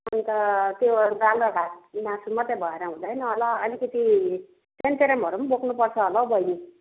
अन्त त्यो दाल र भात मासु मात्रै भएर हुँदैन होला अलिकिति सेन्तेरेमहरू पनि बोक्नुपर्छ होला है बहिनी